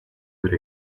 with